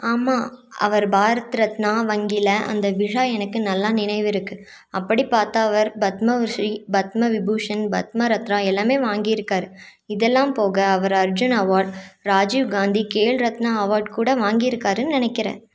ஆமாம் அவர் பாரத் ரத்னா வங்கியில் அந்த விழா எனக்கு நல்லா நினைவிருக்குது அப்படி பார்த்தால் அவர் பத்மஸ்ரீ பத்ம விபூஷன் பத்ம ரத்னா எல்லாமே வாங்கியிருக்கார் இதெல்லாம் போக அவர் அர்ஜுன் அவார்ட் ராஜிவ் காந்தி கேல் ரத்னா அவார்ட் கூட வாங்கி இருக்காருன்னு நினைக்கிறேன்